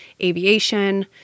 aviation